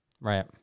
right